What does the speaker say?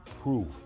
proof